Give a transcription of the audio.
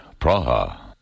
Praha